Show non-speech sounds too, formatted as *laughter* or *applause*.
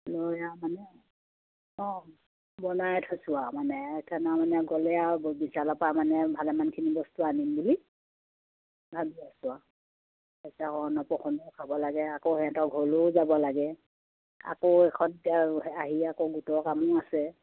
লৈ আৰু মানে অঁ বনাই থৈছোঁ আৰু মানে *unintelligible* মানে গ'লে আৰু *unintelligible* বিশালৰ পৰা মানে ভালে মানখিনি বস্তু আনিম বুলি ভাবি আছোঁ আৰু তাৰপিছত অন্নপ্ৰশনো খাব লাগে আকৌ সিহঁতৰ ঘৰলেও যাব লাগে আকৌ এখন *unintelligible* আহি আকৌ গোটৰ কামো আছে